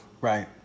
Right